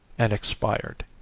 and expired.